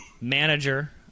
manager